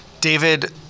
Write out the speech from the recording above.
David